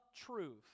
truth